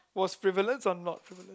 was frivolous or not frivolous